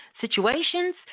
situations